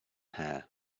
hair